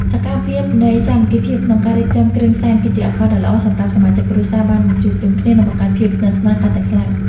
សកម្មភាពនៃសាមគ្គីភាពក្នុងការរៀបចំគ្រឿងសែន គឺជាឱកាសដ៏ល្អសម្រាប់សមាជិកគ្រួសារបានមកជួបជុំគ្នា និងបង្កើតភាពស្និទ្ធស្នាលកាន់តែខ្លាំង។